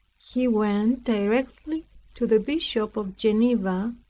he went directly to the bishop of geneva,